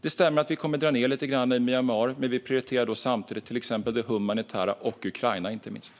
Det stämmer att vi kommer att dra ned lite grann i Myanmar, men vi prioriterar samtidigt till exempel det humanitära och inte minst Ukraina.